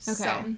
Okay